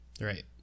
Right